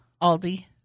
Aldi